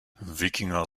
wikinger